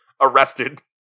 arrested